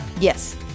Yes